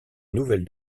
nouvelle